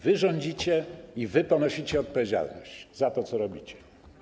Wy rządzicie i wy ponosicie odpowiedzialność za to, co robicie.